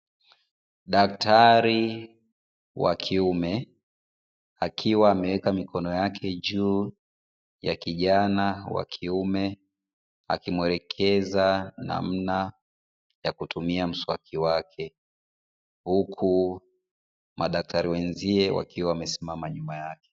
Daktari wa kiume akiwa ameweka mikono yake juu ya kijana wa kiume akimuelekeza namna ya kutumia mswaki wake, huku madaktari wenzie wakiwa wamesimama nyuma yake.